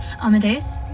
Amadeus